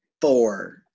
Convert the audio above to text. four